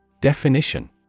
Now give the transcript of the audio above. Definition